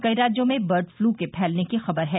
कई राज्यों में बर्डफ्लू के फैलने की खबर है